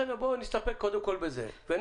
לכן בואו נסתפק קודם כל בזה ונמשיך.